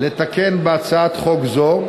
לתקן בהצעת חוק זו,